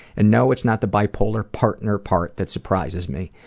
and no, it's not the bi-polar partner part that surprises me.